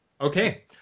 Okay